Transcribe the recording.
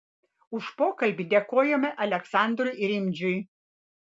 už pokalbį dėkojame aleksandrui rimdžiui